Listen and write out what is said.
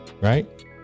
right